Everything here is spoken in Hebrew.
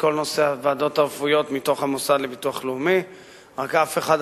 אני בקושי יכול להעביר איזשהו מסר כזה או אחר.